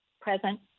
present